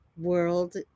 world